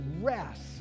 rest